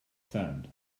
sound